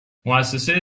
مؤسسه